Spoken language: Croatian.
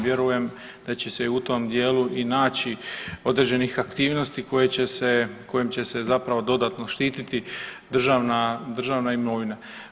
Vjerujem da će se i u tom dijelu i naći određenih aktivnosti koje će se, kojim će se zapravo dodatno štiti državna, državna imovina.